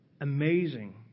amazing